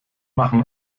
machen